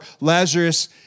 Lazarus